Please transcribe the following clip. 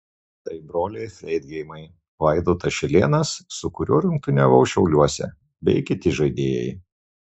tai broliai freidgeimai vaidotas šilėnas su kuriuo rungtyniavau šiauliuose bei kiti žaidėjai